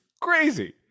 crazy